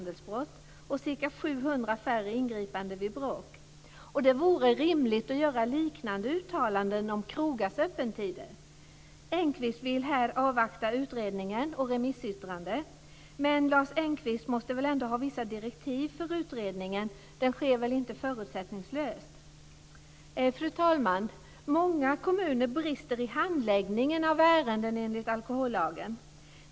Det vore rimligt att göra liknande uttalanden om krogars öppettider. Engqvist vill här avvakta utredningen och remissyttrandena, men Lars Engqvist måste väl ändå ha vissa direktiv för utredningen? Den sker väl inte förutsättningslöst? Fru talman! Många kommuner brister i handläggningen av ärenden enligt alkohollagen.